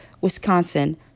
Wisconsin